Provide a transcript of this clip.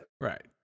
Right